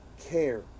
care